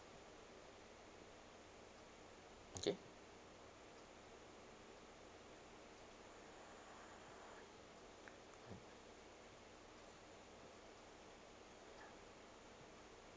okay